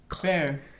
Fair